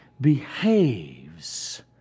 behaves